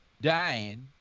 dying